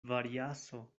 variaso